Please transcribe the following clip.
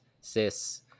cis